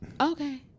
okay